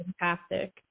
fantastic